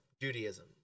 Judaism